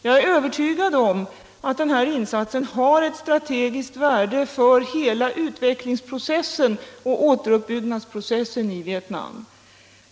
Jag är övertygad om att insatsen har ett strategiskt värde för hela utvecklingsoch återuppbyggnadsprocessen i Vietnam.